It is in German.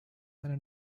einen